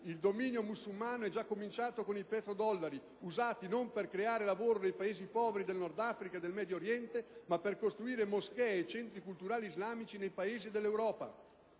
Il dominio musulmano è già cominciato con i petrodollari, usati non per creare lavoro nei Paesi poveri del Nord-Africa e del Medio Oriente, ma per costruire moschee e centri culturali islamici nei Paesi d'Europa».